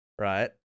right